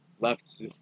left